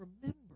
remember